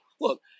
look